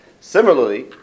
similarly